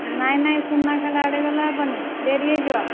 ନାଇଁ ନାଇଁ ସୁନାଖେଳା ଆଡ଼େ ଗଲେ ହେବନି ଡେରି ହୋଇଯିବ